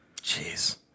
Jeez